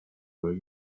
were